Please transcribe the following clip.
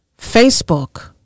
facebook